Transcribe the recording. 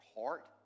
heart